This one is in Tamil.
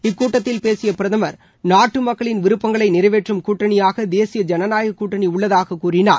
இக்கூட்டத்தில் பேசிய பிரதமா் நாட்டு மக்களின் விருப்பங்களை நிறைவேற்றும் கூட்டணியாக தேசிய ஐனநாயகக் கூட்டணி உள்ளதாக கூறினார்